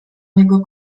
niego